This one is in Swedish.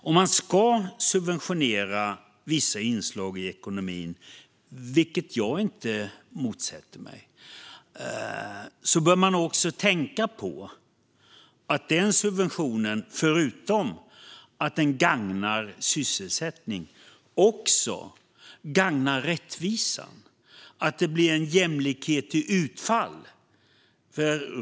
Om man ska subventionera vissa inslag i ekonomin, vilket jag inte motsätter mig, bör man också tänka på att subventionen förutom att den gagnar sysselsättningen också gagnar rättvisan så att det blir en jämlikhet i utfall.